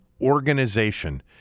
organization